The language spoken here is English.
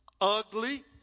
Ugly